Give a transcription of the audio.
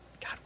God